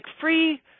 free